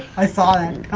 i decided